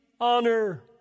honor